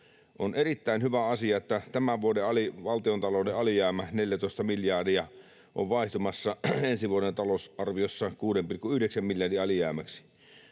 On erittäin hyvä asia, että tämän vuoden valtiontalouden alijäämä, 14 miljardia, on vaihtumassa ensi vuoden talousarviossa 6,9 miljardin alijäämäksi.